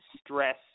stress